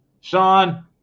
Sean